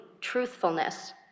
truthfulness